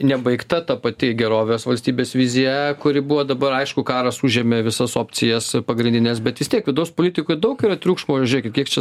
nebaigta ta pati gerovės valstybės vizija kuri buvo dabar aišku karas užėmė visas opcijas pagrindines bet vis tiek vidaus politikoj daug yra triukšmo žiūrėkit kiek čia